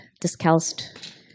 discalced